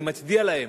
אני מצדיע להם.